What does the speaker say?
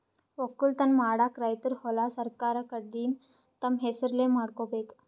ವಕ್ಕಲತನ್ ಮಾಡಕ್ಕ್ ರೈತರ್ ಹೊಲಾ ಸರಕಾರ್ ಕಡೀನ್ದ್ ತಮ್ಮ್ ಹೆಸರಲೇ ಮಾಡ್ಕೋಬೇಕ್